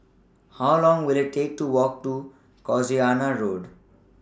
How Long Will IT Take to Walk to Casuarina Road